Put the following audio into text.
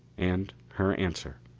and her answer,